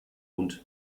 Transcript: und